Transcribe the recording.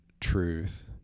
truth